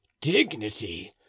dignity